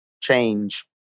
change